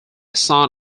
son